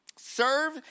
serve